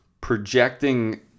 projecting